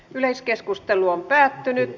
yleiskeskustelu päättyi